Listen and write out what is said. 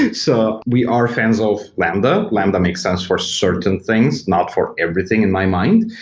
and so we are fans of lambda. lambda makes sense for certain things, not for everything in my mind,